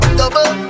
double